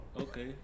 Okay